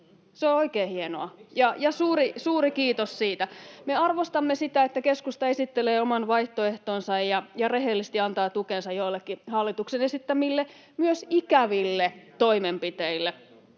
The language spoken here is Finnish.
Se on oikein hienoa, ja suuri kiitos siitä. Me arvostamme sitä, että keskusta esittelee oman vaihtoehtonsa ja rehellisesti antaa tukensa joillekin hallituksen esittämille, myös ikäville, toimenpiteille